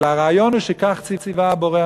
אלא הרעיון הוא שכך ציווה הבורא,